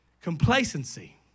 complacency